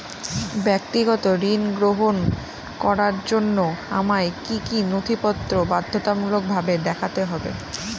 ব্যক্তিগত ঋণ গ্রহণ করার জন্য আমায় কি কী নথিপত্র বাধ্যতামূলকভাবে দেখাতে হবে?